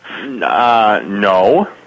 No